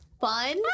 fun